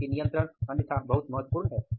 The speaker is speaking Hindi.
क्योंकि नियंत्रण अन्यथा महत्वपूर्ण है